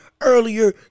earlier